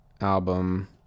album